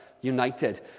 United